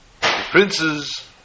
princes